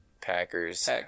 Packers